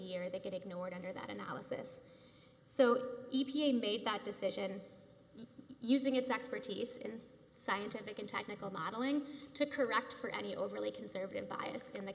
year they get ignored under that analysis so e p a made that decision using its expertise in scientific and technical modeling to correct for any overly conservative bias in the